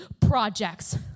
projects